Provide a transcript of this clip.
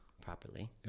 Properly